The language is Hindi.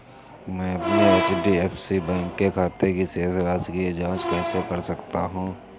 मैं अपने एच.डी.एफ.सी बैंक के खाते की शेष राशि की जाँच कैसे कर सकता हूँ?